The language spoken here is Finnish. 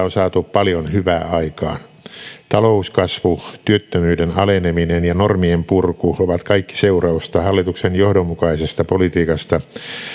on saatu paljon hyvää aikaan talouskasvu työttömyyden aleneminen ja normien purku ovat kaikki seurausta hallituksen johdonmukaisesta politiikasta